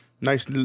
Nice